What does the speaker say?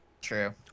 True